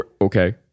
okay